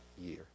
year